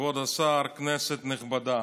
כבוד השר, כנסת נכבדה,